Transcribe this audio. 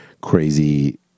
crazy